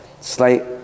slight